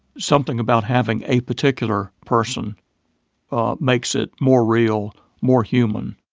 something about having a particular person makes it more real, more human